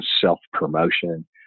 self-promotion